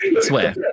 Swear